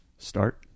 Start